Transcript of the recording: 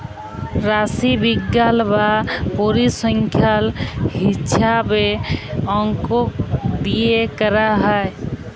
রাশিবিজ্ঞাল বা পরিসংখ্যাল হিছাবে অংক দিয়ে ক্যরা হ্যয়